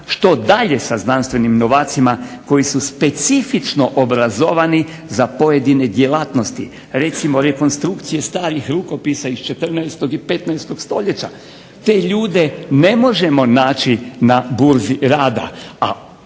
Što dalje sa znanstvenim novacima koji su specifično obrazovani za pojedine djelatnosti. Recimo rekonstrukcije starih rukopisa iz 14. i 15. Stoljeća. Te ljude ne možemo naći na burzi rada,